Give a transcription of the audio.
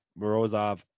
Morozov